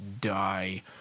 die –